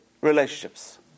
relationships